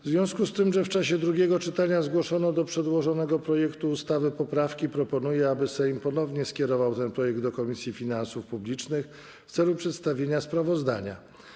W związku z tym, że w czasie drugiego czytania zgłoszono do przedłożonego projektu ustawy poprawki, proponuję, aby Sejm ponownie skierował ten projekt do Komisji Finansów Publicznych w celu przedstawienia sprawozdania.